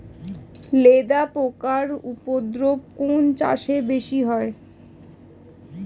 লেদা পোকার উপদ্রব কোন চাষে বেশি হয়?